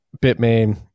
Bitmain